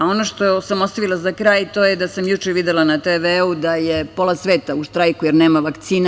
Ono što sam ostavila za kraj to je da sam juče videla na TV-u da je pola sveta u štrajku jer nema vakcina.